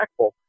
impactful